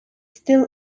still